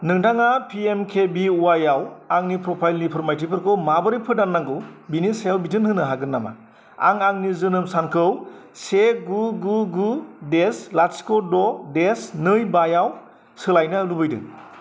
नोंथाङा P M K B Y आंनि प्रफाइलनि फोरमायथिफोरखौ माबोरै फोदाननांगौ बिनि सायाव बिथोन होनो हागोन नामा आं आंनि जोनोम सानखौ से गु गु गु देस लाथिख' द' देस नै बायाव सोलायनो लुबैदों